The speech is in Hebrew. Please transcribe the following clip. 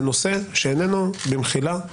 זה נושא שאיננו, במחילה,